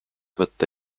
võtta